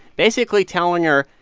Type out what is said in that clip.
basically telling her,